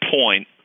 point